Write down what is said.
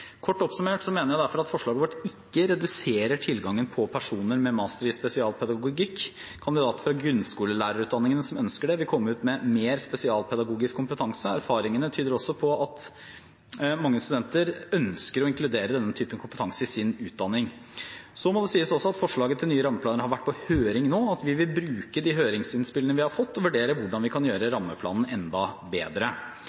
Kort oppsummert mener jeg derfor at forslaget vårt ikke reduserer tilgangen på personer med master i spesialpedagogikk. Kandidater fra grunnskolelærerutdanningene som ønsker det, vil komme ut med mer spesialpedagogisk kompetanse. Erfaringene tyder også på at mange studenter ønsker å inkludere denne typen kompetanse i sin utdanning. Så må det også sies at forslaget til nye rammeplaner har vært på høring nå, og vi vil bruke de høringsinnspillene vi har fått, og vurdere hvordan vi kan gjøre